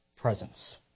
presence